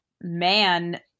man